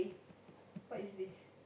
what is this